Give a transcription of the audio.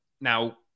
Now